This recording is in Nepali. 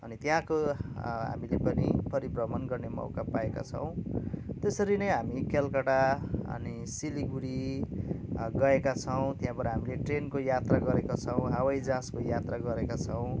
अनि त्यहाँको हामीले पनि परिभ्रमण गर्ने मौका पाएका छौँ त्यसरी नै हामी कोलकत्ता अनि सिलगडी गएका छौँ त्यहाँबाट हामीले ट्रेनको यात्रा गरेका छौँ हवाई जहाजको यात्रा गरेका छौँ